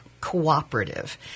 cooperative